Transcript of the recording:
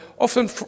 often